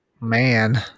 man